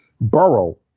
Burrow